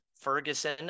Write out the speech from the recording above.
Ferguson